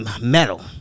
metal